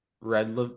red